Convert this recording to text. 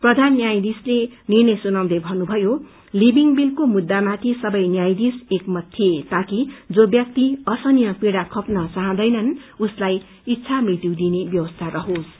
प्रधान न्यायाधीशले निर्णय सुनाउँदै भन्नुभयो लिभिङ बीलको मुद्दामाथि सबै न्यायाधीश एकमत थिए ताकि जो व्यक्ति असहनीय पीड़ा खप्न चाहँदैनन् उसलाई इच्छा मृत्यु दिइने व्यवस्था रहोसु